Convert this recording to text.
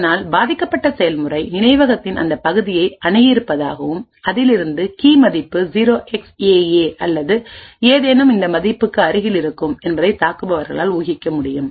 இதனால் பாதிக்கப்பட்ட செயல்முறை நினைவகத்தின் அந்த பகுதியை அணுகியிருப்பதாகவும் அதிலிருந்து கீ மதிப்பு 0xAA அல்லது ஏதேனும் இந்த மதிப்புக்கு அருகில் இருக்கும் என்பதை தாக்குபவர் ஊகிக்க முடியும்